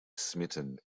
smitten